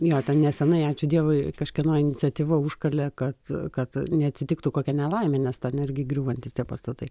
jo ten neseniai ačiū dievui kažkieno iniciatyva užkalė kad kad neatsitiktų kokia nelaimė nes irgi griūvantys tie pastatai